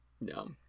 no